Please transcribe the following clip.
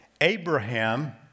Abraham